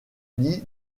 lit